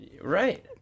Right